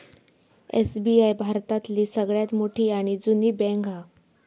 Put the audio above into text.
SBI भारतातली सगळ्यात मोठी आणि जुनी बॅन्क हा